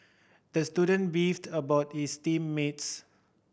the student beefed about his team mates